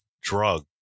drug